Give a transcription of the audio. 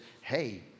hey